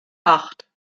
acht